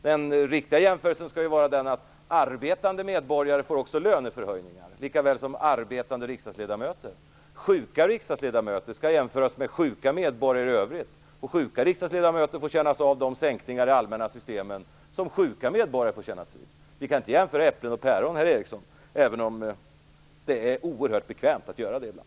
Den riktiga jämförelsen skall vara att arbetande medborgare också får löneförhöjningar, likaväl som arbetande riksdagsledamöter. Sjuka riksdagsledamöter skall jämföras med sjuka medborgare i övrigt. Och sjuka riksdagsledamöter får känna av de sänkningar i de allmänna systemen som sjuka medborgare får känna av. Vi kan inte jämföra äpplen och päron, herr Eriksson, även om det är oerhört bekvämt att göra det ibland.